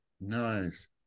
Nice